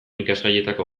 ikasgaietako